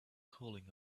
cooling